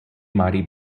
mighty